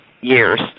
years